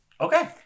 Okay